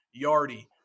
Yardi